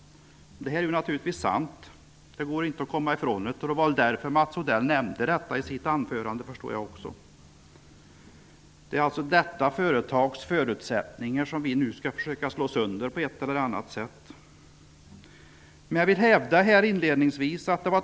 Det är naturligtvis sant. Det går inte att komma ifrån. Det var därför Mats Odell nämnde det i sitt anförande, förstår jag. Det är alltså detta företags förutsättningar som vi nu på ett eller annat sätt skall försöka slå sönder.